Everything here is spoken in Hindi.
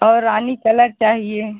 और रानी कलर चाहिए